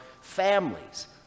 families